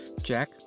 jack